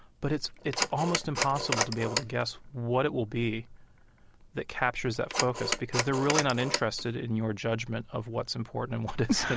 but it's it's almost impossible to be able to guess what it will be that captures that focus, because they're really not interested in your judgment of what's important and what isn't